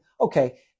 okay